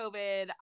covid